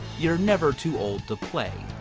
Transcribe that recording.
you're never too old to play.